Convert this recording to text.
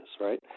right